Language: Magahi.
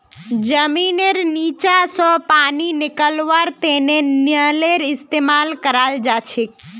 जमींनेर नीचा स पानी निकलव्वार तने नलेर इस्तेमाल कराल जाछेक